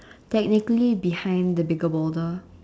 technically behind the bigger baller